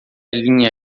linha